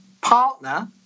partner